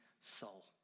soul